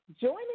joining